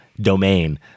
Domain